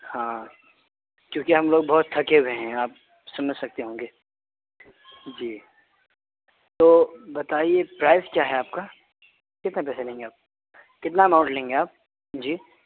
ہاں کیونکہ ہم لوگ بہت تھکے ہوئے ہیں آپ سمجھ سکتے ہوں گے جی تو بتائیے پرائز کیا ہے آپ کا کتنے پیسے لیں گے آپ کتنا اماؤنٹ لیں گے آپ جی